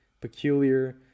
peculiar